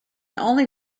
only